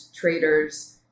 traders